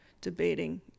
debating